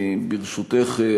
ברשותך,